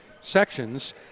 sections